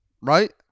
Right